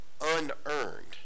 unearned